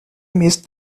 missed